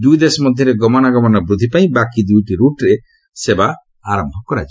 ଦୁଇଦେଶ ମଧ୍ୟରେ ଗମନାଗମନ ବୃଦ୍ଧି ପାଇଁ ବାକି ଦୁଇଟି ରୁଟ୍ରେ ବସ୍ସେବା ଆରମ୍ଭ କରାଯିବ